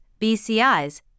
BCIs